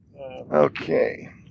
okay